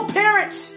parents